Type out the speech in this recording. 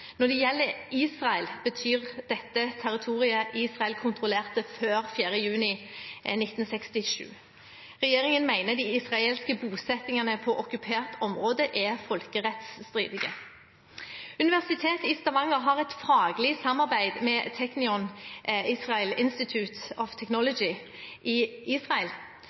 Når det gjelder Israel, betyr dette territoriet Israel kontrollerte før 4. juni 1967. Regjeringen mener de israelske bosettingene på okkupert område er folkerettsstridige. Universitetet i Stavanger har et faglig samarbeid med Technion – Israel Institute of Technology i Israel.